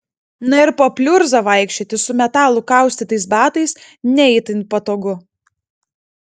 na ir po pliurzą vaikščioti su metalu kaustytais batais ne itin patogu